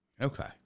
okay